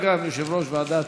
שהוא גם יושב-ראש ועדת,